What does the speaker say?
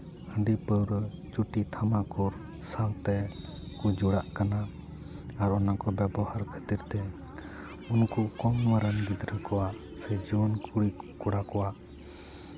ᱦᱟᱺᱰᱤ ᱯᱟᱹᱣᱨᱟᱹ ᱪᱩᱴᱤ ᱛᱷᱟᱢᱟᱠᱩᱨ ᱥᱟᱶᱛᱮ ᱠᱚ ᱡᱚᱲᱟᱜ ᱠᱟᱱᱟ ᱟᱨ ᱚᱱᱟ ᱠᱚ ᱵᱮᱵᱚᱦᱟᱨ ᱠᱷᱟᱹᱛᱤᱨ ᱛᱮ ᱩᱱᱠᱩ ᱠᱚᱢ ᱩᱢᱮᱹᱨ ᱨᱟᱱ ᱜᱤᱫᱽᱨᱟᱹ ᱠᱚᱣᱟᱜ ᱥᱮ ᱡᱩᱣᱟᱹᱱ ᱠᱩᱲᱤᱼᱠᱚᱲᱟ ᱠᱚᱣᱟᱜ